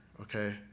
okay